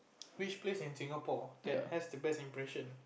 which place in Singapore that has the best impression